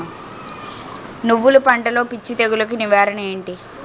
నువ్వులు పంటలో పిచ్చి తెగులకి నివారణ ఏంటి?